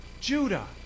Judah